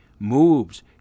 Moves